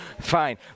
Fine